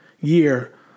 year